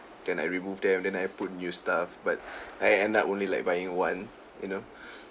then I remove them then I put new stuff but I end up only like buying one you know